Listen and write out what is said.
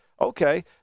okay